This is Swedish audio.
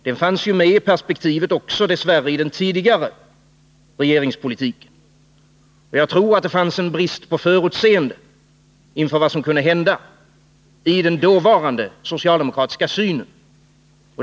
Den fanns dess värre med i perspektivet också i den tidigare regeringspolitiken. Jag tror att det rådde en brist på förutseende inför vad som kunde hända i den dåvarande socialdemokratiska synen.